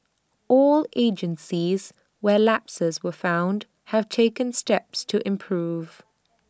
all agencies where lapses were found have taken steps to improve